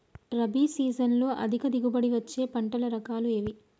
రబీ సీజన్లో అధిక దిగుబడి వచ్చే పంటల రకాలు ఏవి?